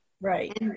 Right